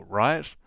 right